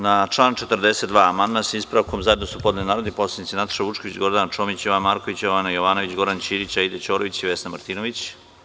Na član 42. amandman, sa ispravkom, zajedno su podneli narodni poslanici Nataša Vučković, Gordana Čomić, Jovan Marković, Jovana Jovanović, Goran Ćirić, Aida Ćorović i Vesna Martinović.